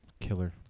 Killer